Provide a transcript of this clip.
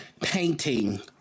painting